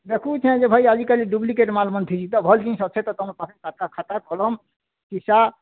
ଦେଖୁଁଛେ ଯେ ଭାଇ ଆଜି କାଲି ଡ଼ୁପ୍ଲିକେଟ୍ ମାଲ୍ମାନ ଥିସି ତ ଭଲ୍ ଜିନିଷ୍ ଅଛେ ତୁମ ପାଖେ ଖାତା ଖାତା କଲମ୍ ଇସା